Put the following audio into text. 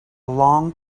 long